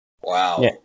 Wow